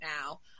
now